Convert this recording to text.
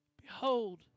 Behold